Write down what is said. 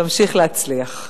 תמשיך להצליח.